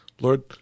Lord